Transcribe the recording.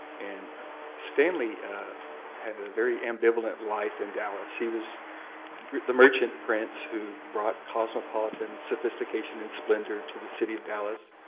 and stanley had a very ambivalent life in dallas. he was the merchant prince who brought cosmopolitan sophistication and splendor to the city of dallas.